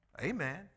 Amen